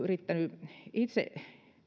yrittänyt itse